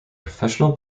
professional